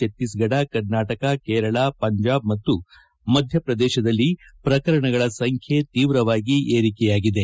ಚಕ್ತೀಸ್ಗಢ ಕರ್ನಾಟಕ ಕೇರಳ ಪಂಜಾಬ್ ಮತ್ತು ಮಧ್ಯಪ್ರದೇಶದಲ್ಲಿ ಪ್ರಕರಣಗಳ ಸಂಖ್ಯೆ ತೀವ್ರವಾಗಿ ಏರಿಕೆಯಾಗಿದೆ